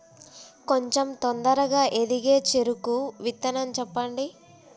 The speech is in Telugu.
కొంచం తొందరగా ఎదిగే చెరుకు విత్తనం చెప్పండి?